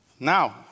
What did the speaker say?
Now